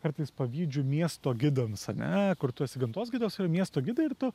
kartais pavydžiu miesto gidams ane kur tu esi gamtos gidas yra miesto gidai ir tu